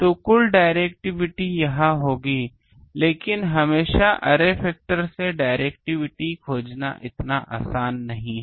तो कुल डाइरेक्टिविटी यह होगी लेकिन हमेशा अरे फैक्टर से डाइरेक्टिविटी खोजना इतना आसान नहीं है